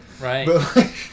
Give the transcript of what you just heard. Right